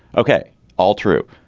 ok all true.